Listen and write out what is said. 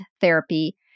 therapy